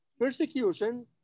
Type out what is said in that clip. persecution